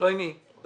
פה